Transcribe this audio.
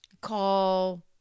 call